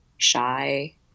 shy